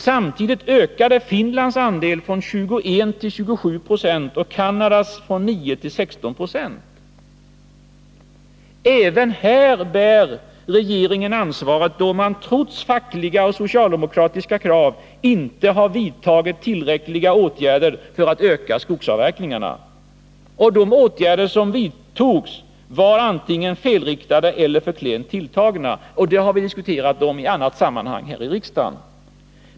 Samtidigt ökade Finlands andel från 21 9 till 27 Jo och Canadas från 9 9 till 16 6. Även här bär regeringen ansvaret då den, trots fackliga och socialdemokratiska krav, inte har vidtagit tillräckliga åtgärder för att öka skogsavverkningarna. De åtgärder som vidtogs var antingen felriktade eller för klent tilltagna, vilket diskuterats i annat sammanhang här i riksdagen.